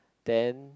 then